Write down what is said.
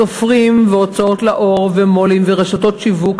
סופרים והוצאות לאור ומו"לים ורשתות שיווק,